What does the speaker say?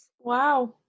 wow